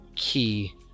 key